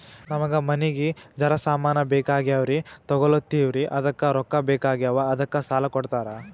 ನಮಗ ಮನಿಗಿ ಜರ ಸಾಮಾನ ಬೇಕಾಗ್ಯಾವ್ರೀ ತೊಗೊಲತ್ತೀವ್ರಿ ಅದಕ್ಕ ರೊಕ್ಕ ಬೆಕಾಗ್ಯಾವ ಅದಕ್ಕ ಸಾಲ ಕೊಡ್ತಾರ?